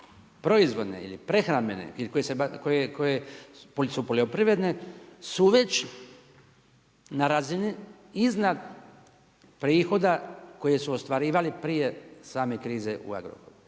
proizvodne ili prehrambene ili koje su poljoprivredne, su već na razini iznad prihoda koje su ostvarivali prije same krize u Agrokoru.